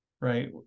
right